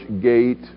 gate